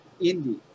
indie